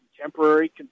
temporary